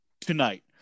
tonight